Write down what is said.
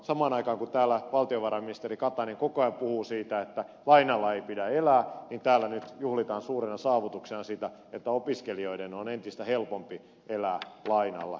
samaan aikaan kun täällä valtiovarainministeri katainen koko ajan puhuu siitä että lainalla ei pidä elää täällä nyt juhlitaan suurena saavutuksena sitä että opiskelijoiden on entistä helpompi elää lainalla